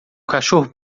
cachorro